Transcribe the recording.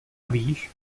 víš